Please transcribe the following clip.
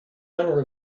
owner